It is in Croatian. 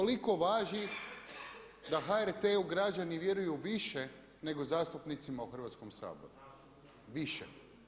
Toliko važi da HRT-u građani vjeruju više nego zastupnicima u Hrvatskom saboru, više.